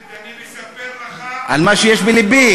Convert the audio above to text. אני מספר לך, על מה שיש בלבי.